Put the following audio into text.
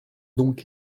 donc